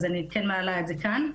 אז אני מעלה את זה כאן.